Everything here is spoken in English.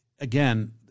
again